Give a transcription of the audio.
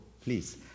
please